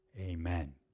Amen